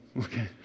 Okay